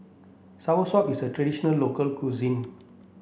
Soursop is a traditional local cuisine